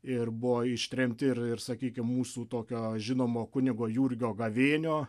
ir buvo ištremti ir ir sakykim mūsų tokio žinomo kunigo jurgio gavėnio